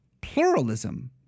Pluralism